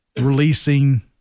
releasing